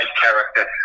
character